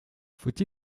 faut